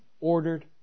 ordered